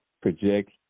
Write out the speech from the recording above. project